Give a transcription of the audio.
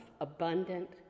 abundant